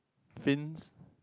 fins